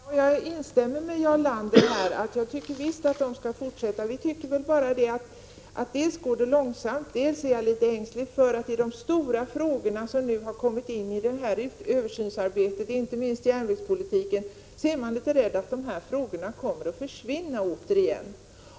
Herr talman! Jag instämmer med Jarl Lander i att man skall fortsätta med detta arbete. Det är väl bara det att vi tycker att arbetet går långsamt. Jag är också litet ängslig för att de stora frågor som nu har kommit in i översynsarbetet — inte minst järnvägspolitiken — skall försvinna återigen.